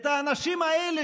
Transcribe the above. האנשים האלה,